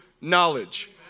knowledge